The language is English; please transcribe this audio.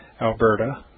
Alberta